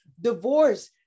divorce